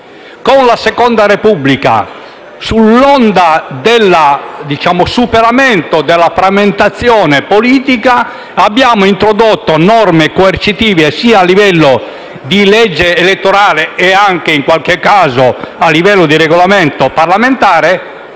Con la Seconda Repubblica, sull'onda del superamento della frammentazione politica, abbiamo introdotto norme coercitive a livello di legge elettorale e, in qualche caso, anche nei Regolamenti parlamentari